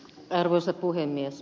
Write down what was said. arvoisa puhemies